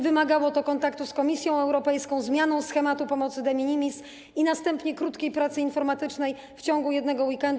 Wymagało to kontaktu z Komisją Europejską, zmiany schematu pomocy de minimis i następnie krótkiej pracy informatycznej - w ciągu jednego weekendu.